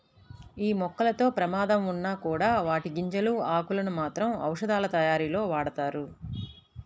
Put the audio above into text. యీ మొక్కలతో ప్రమాదం ఉన్నా కూడా వాటి గింజలు, ఆకులను మాత్రం ఔషధాలతయారీలో వాడతారు